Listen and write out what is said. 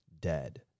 dead